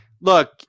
look